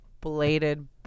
bladed